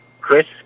Chris